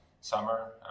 summer